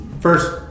first